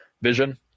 vision